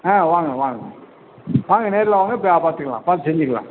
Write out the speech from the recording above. ஆ வாங்க வாங்க வாங்க நேரில் வாங்க பார்த்துக்கலாம் பார்த்து செஞ்சுக்கலாம்